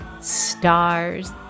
stars